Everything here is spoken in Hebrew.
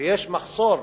ויש מחסור